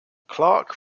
clarke